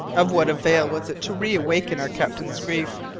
of what avail was it to reawaken our captain's grief?